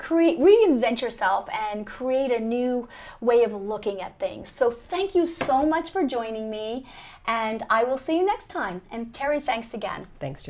create reinvent yourself and create a new way of looking at things so thank you so much for joining me and i will see you next time and terry thanks again thanks